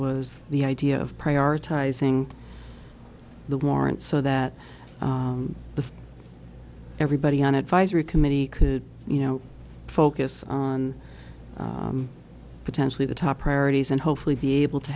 was the idea of prioritizing the warrant so that the everybody on advisory committee could you know focus on potentially the top priorities and hopefully be able to